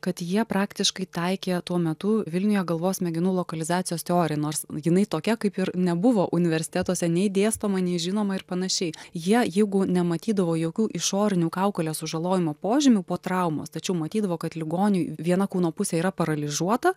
kad jie praktiškai taikė tuo metu vilniuje galvos smegenų lokalizacijos teoriją nors jinai tokia kaip ir nebuvo universitetuose nei dėstoma nei žinoma ir panašiai jie jeigu nematydavo jokių išorinių kaukolės sužalojimo požymių po traumos tačiau matydavo kad ligoniui viena kūno pusė yra paralyžiuota